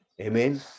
Amen